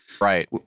Right